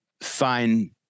fine